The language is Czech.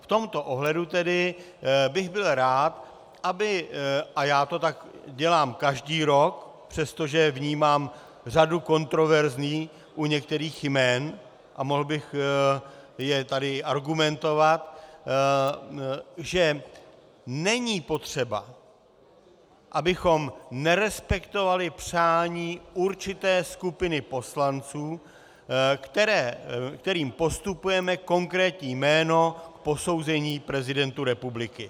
V tomto ohledu tedy bych byl rád, a já to tak dělám každý rok, přestože vnímám řadu kontroverzí u některých jmen, a mohl bych je tady argumentovat, že není potřeba, abychom nerespektovali přání určité skupiny poslanců, kterým postupujeme konkrétní jméno k posouzení prezidentu republiky.